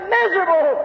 miserable